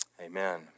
Amen